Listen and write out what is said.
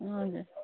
हजुर